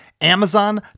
Amazon